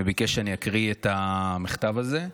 והוא ביקש שאני אקריא את המכתב הזה.